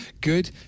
Good